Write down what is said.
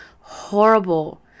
horrible